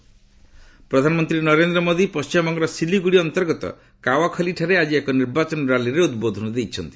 PM rally ପ୍ରଧାନମନ୍ତ୍ରୀ ନରେନ୍ଦ୍ର ମୋଦୀ ପଣ୍ଢିମବଙ୍ଗର ସିଲିଗୁଡ଼ି ଅନ୍ତର୍ଗତ କାୱାଖଲିଠାରେ ଆଜି ଏକ ନିର୍ବାଚନ ର୍ୟାଲିରେ ଉଦ୍ବୋଧନ ଦେଇଛନ୍ତି